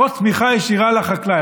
או תמיכה ישירה לחקלאי,